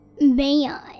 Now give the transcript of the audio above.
man